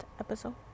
episode